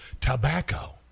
Tobacco